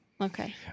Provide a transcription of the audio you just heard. Okay